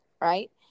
right